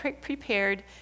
prepared